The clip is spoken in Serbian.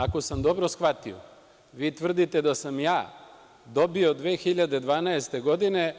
Ako, sam dobro shvatio, vi tvrdite da sam ja dobio 2012. godine